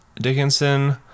Dickinson